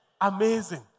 Amazing